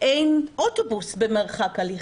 אין אוטובוס במרחק הליכה.